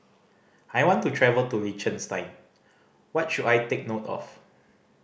I want to travel to Liechtenstein what should I take note of